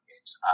games